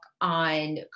on